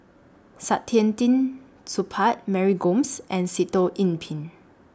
Saktiandi Supaat Mary Gomes and Sitoh Yih Pin